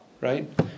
right